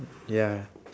ya